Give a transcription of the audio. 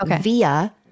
via